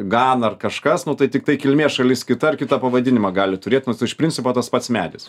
gana ar kažkas nu tai tiktai kilmės šalis kita ar kitą pavadinimą gali turėt nors iš principo tas pats medis